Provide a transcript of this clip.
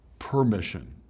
permission